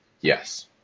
yes